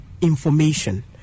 information